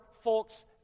folks